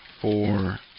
four